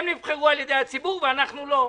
הם נבחרו בידי הציבור ואנחנו לא.